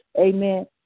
amen